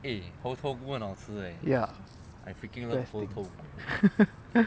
ya